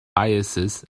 biases